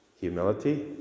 Humility